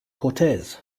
cortez